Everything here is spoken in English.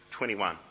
21